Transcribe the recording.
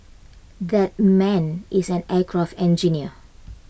that man is an aircraft engineer